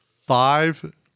Five